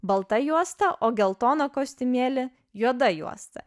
balta juosta o geltoną kostiumėlį juoda juosta